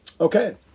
Okay